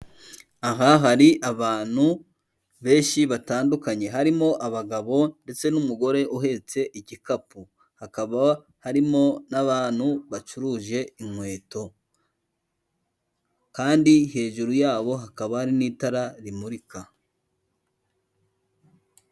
Aha hari abantu benshi batandukanye harimo abagabo ndetse n'umugore uhetse igikapu. Hakaba harimo n'abantu bacuruje inkweto, kandi hejuru yabo hakaba hari n'itara rimurika.